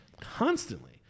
Constantly